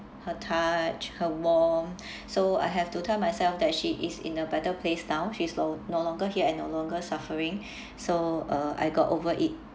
her touch her warmth so I have to tell myself that she is in a better place now she's lo~ no longer here and no longer suffering so uh I got over it